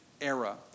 era